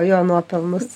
o jo nuopelnus